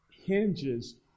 hinges